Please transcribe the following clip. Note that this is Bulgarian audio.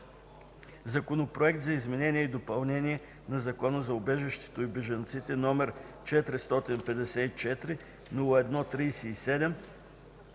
Законопроект за изменение и допълнение на Закона за убежището и бежанците, № 454-01-37,